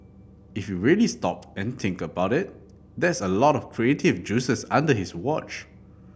if you really stop and think about it that's a lot of creative juices under his watch